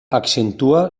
accentua